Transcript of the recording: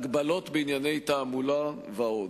הגבלות בענייני תעמולה ועוד.